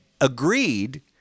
Agreed